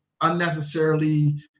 unnecessarily